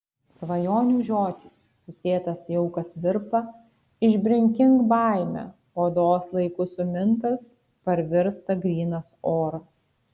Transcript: svajonių žiotys susėtas jaukas virpa išbrinkink baimę odos laiku sumintas parvirsta grynas oras